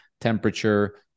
temperature